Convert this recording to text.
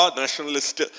nationalist